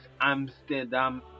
amsterdam